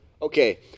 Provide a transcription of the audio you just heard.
Okay